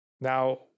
Now